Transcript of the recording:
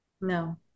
No